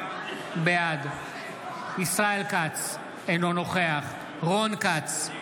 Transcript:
בעד ישראל כץ, אינו נוכח רון כץ,